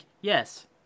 yes